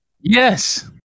yes